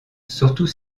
surtout